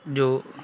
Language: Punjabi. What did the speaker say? ਜੋ